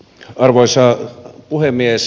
arvoisa puhemies